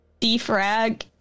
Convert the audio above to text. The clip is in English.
defrag